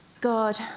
God